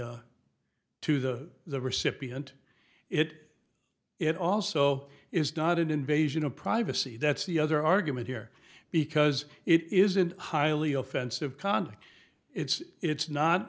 the to the the recipient it it also is not an invasion of privacy that's the other argument here because it isn't highly offensive conduct it's it's not